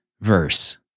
verse